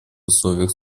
условиях